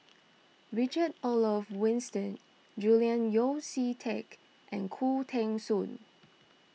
Richard Olaf Winstedt Julian Yeo See Teck and Khoo Teng Soon